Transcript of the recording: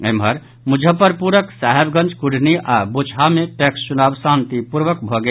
एम्हर मुजफ्फरपुरक साहेबगंज कुढ़नी आओर बोचहां मे पैक्स चुनाव शांतिपूर्वक भऽ गेल